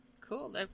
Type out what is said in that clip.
Cool